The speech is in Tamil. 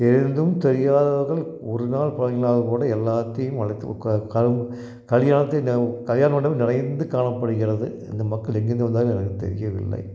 தெரிந்தும் தெரியாதவர்கள் ஒரு நாள் பழகினால் கூட எல்லாத்தையும் அழைத்து கல்யாணத்தை கல்யாண மண்டபம் நிறைந்து காணப்படுகிறது இந்த மக்கள் எங்கேருந்து வந்தாருன்னு எனக்கு தெரியவில்லை